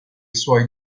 suoi